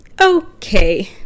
Okay